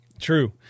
True